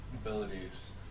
abilities